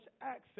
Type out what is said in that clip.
access